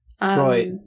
Right